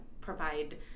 provide